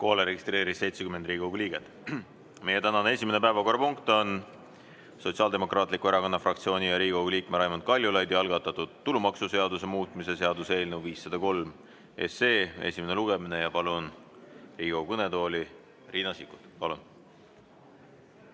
registreerus 70 Riigikogu liiget. Meie tänane esimene päevakorrapunkt on Sotsiaaldemokraatliku Erakonna fraktsiooni ja Riigikogu liikme Raimond Kaljulaidi algatatud tulumaksuseaduse muutmise seaduse eelnõu 503 esimene lugemine. Palun Riigikogu kõnetooli Riina Sikkuti.